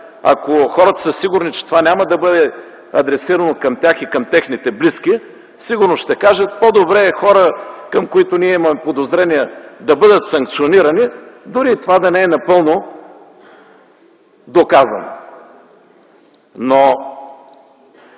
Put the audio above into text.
ако хората са сигурни, че това няма да бъде адресирано към тях и към техните близки, сигурно ще кажат: „По-добре е хора, към които ние имаме подозрения, да бъдат санкционирани, дори и това да не е напълно доказано.”